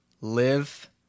live